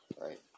right